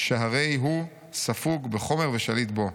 שהרי הוא 'ספוג בחומר ושליט בו'.